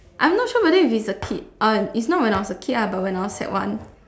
I am not sure whether if it is a kid uh it's not when I was a kid lah but when I was sec one